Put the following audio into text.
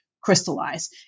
crystallize